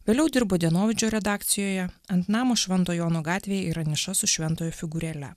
vėliau dirbo dienovidžio redakcijoje ant namo švento jono gatvėje yra niša su šventojo figūrėle